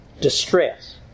distress